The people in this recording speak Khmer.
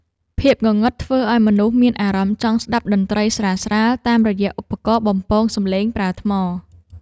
ភាពងងឹតធ្វើឱ្យមនុស្សមានអារម្មណ៍ចង់ស្តាប់តន្ត្រីស្រាលៗ តាមរយៈឧបករណ៍បំពងសំឡេងប្រើថ្ម។